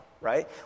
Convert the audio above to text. right